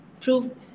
prove